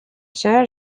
się